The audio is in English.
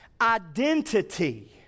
identity